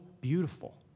beautiful